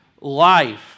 life